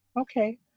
okay